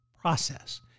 process